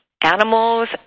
animals